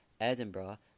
Edinburgh